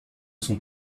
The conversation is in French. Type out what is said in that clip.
sont